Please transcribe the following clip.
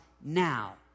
now